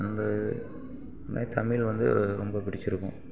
இதை மாதிரி தமிழ் வந்து ரொம்ப பிடிச்சிருக்கும்